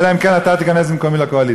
אלא אם כן אתה תיכנס במקומי לקואליציה.